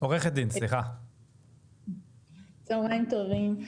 צהרים טובים.